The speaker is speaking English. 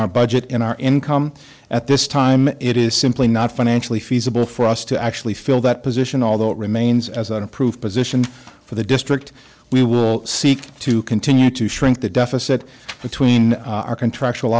our budget and our income at this time it is simply not financially feasible for us to actually fill that position although it remains as an approved position for the district we will seek to continue to shrink the deficit between our contractual